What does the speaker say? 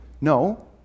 No